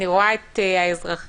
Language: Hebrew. אני רואה את האזרחים